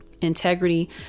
integrity